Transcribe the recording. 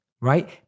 right